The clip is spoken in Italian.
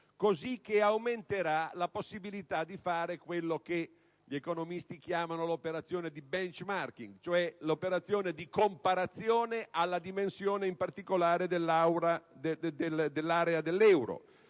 cosicché aumenterà la possibilità di fare quella che gli economisti chiamano operazione di *benchmarking*, cioè l'operazione di comparazione alla dimensione, in particolare, dell'area dell'euro.